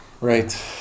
right